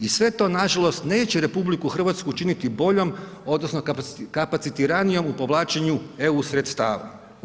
I sve to nažalost neće RH učiniti boljom odnosno kapacitiranijom u povlačenju eu sredstava.